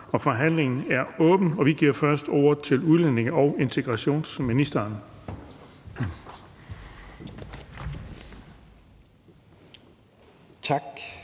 Forhandlingen er åbnet, og vi giver først ordet til udlændinge- og integrationsministeren.